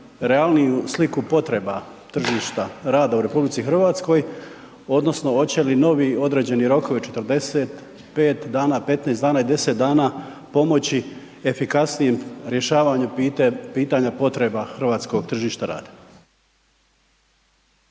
realniju sliku potreba tržišta rada u RH odnosno hoće li novi određeni rokovi 45 dana, 15 dana i 10 dana pomoći efikasnijem rješavanju pitanja potreba hrvatskog tržišta rada.